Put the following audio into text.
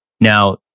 Now